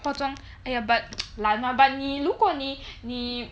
化妆哎呀懒吗 but 你如果你你